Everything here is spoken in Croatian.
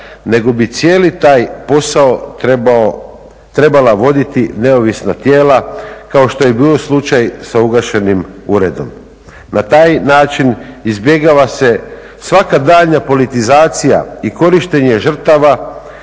nego bi cijeli taj posao trebala voditi neovisna tijela kao što je bio slučaj sa ugašenim uredom. Na taj način izbjegava se svaka daljnja politizacija i korištenje žrtava